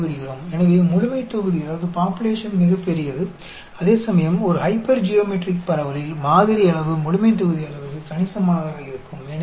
अब एक और डिस्ट्रीब्यूशन पर नजर डालते हैं जिसे हाइपरजोमेट्रिक डिस्ट्रीब्यूशन कहा जाता है ठीक है